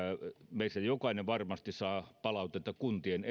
meistä jokainen varmasti saa palautetta kuntien